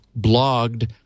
blogged